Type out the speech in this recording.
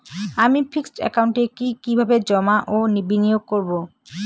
আমি ফিক্সড একাউন্টে কি কিভাবে জমা ও বিনিয়োগ করব?